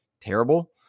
terrible